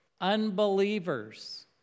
unbelievers